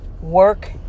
work